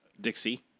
Dixie